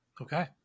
Okay